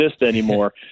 anymore